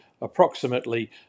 approximately